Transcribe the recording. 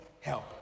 help